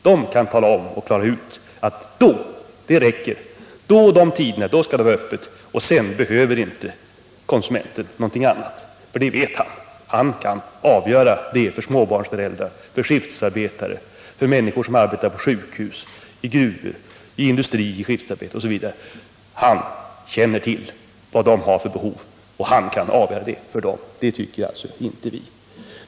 De kan klara ut att de och de tiderna skall det vara öppet — det räcker. Sedan behöver inte konsumenten någonting annat. Herr Börjesson kan avgöra det för småbarnsföräldrar, för människor som arbetar på sjukhus, för skiftesarbetare i industrier och gruvor, osv. Han känner till vad de har för behov, och han kan avgöra det för dem. — Det tycker alltså inte vi.